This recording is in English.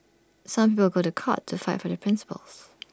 some people go to court to fight for their principles